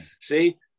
see